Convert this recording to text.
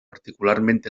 particularment